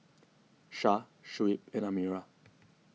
Syah Shuib and Amirah